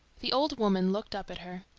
the old woman looked up at her.